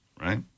right